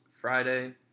Friday